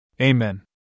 Amen